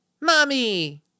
Mommy